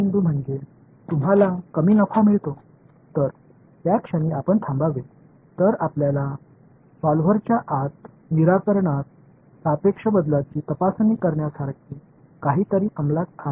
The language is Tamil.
எனவே முறையான வழி என்னவென்றால் தீர்வின் ஒப்பீட்டு மாற்றத்திற்கான சோதனை போன்ற ஒன்றை உங்கள் தீர்வினுள் செயல்படுத்துவதும் இந்த வாசல் பூர்த்தி செய்யப்பட்டதும் நிறுத்துவதும் தீர்வு ஒன்றிணைந்திருப்பதை நீங்கள் உறுதியாக நம்பலாம்